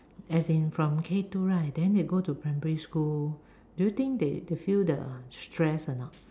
as in from K two right then they go to primary school do you think they they feel the the stress or not